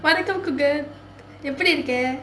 வணக்கம்:vanakkam pugal எப்படி இருக்கே:eppadi irrukae